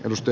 rusty